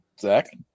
Zach